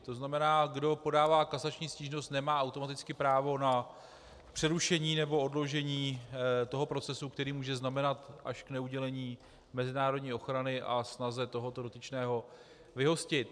To znamená, kdo podává kasační stížnost, nemá automaticky právo na přerušení nebo odložení procesu, který může znamenat až neudělení mezinárodní ochrany a snahu tohoto dotyčného vyhostit.